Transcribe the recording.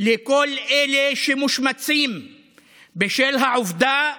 לכל אלה שמושמצים בשל העובדה